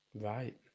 Right